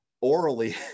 orally